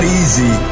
easy